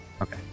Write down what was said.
Okay